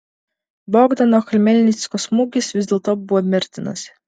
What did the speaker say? bogdano chmelnickio smūgis vis dėlto buvo mirtinas